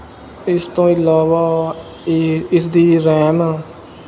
ਇਸ ਤੋਂ ਇਲਾਵਾ ਇਸਦੀ ਰੈਮ